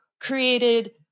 created